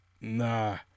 Nah